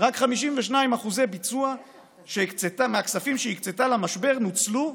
רק 52% מהכספים שהקצתה למשבר נוצלו,